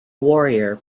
warrior